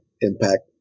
impact